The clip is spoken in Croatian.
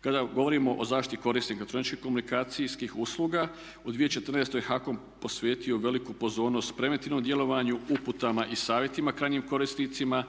Kada govorimo o zaštiti korisnika elektroničkih komunikacijskih usluga u 2014. HAKOM je posvetio veliku pozornost preventivnom djelovanju, uputama i savjetima krajnjim korisnicima